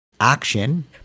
action